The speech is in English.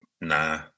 Nah